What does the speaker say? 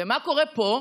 ומה קורה פה?